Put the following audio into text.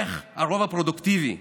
איך הרוב הפרודוקטיבי,